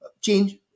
change